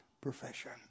profession